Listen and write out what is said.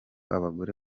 abagore